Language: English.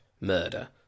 murder